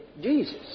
Jesus